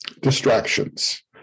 distractions